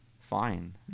Fine